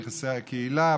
נכסי הקהילה,